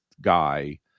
guy